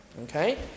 Okay